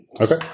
Okay